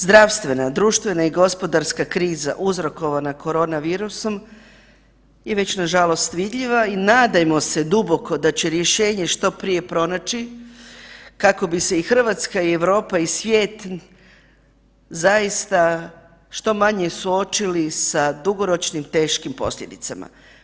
Zdravstvena, društvena i gospodarska kriza uzrokovana korona virusom je već nažalost vidljiva i nadajmo se duboko da će rješenje što prije pronaći kako bi se i Hrvatska i Europa i svijet zaista što manje suočili sa dugoročnim teškim posljedicama.